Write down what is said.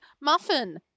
muffin